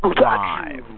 Live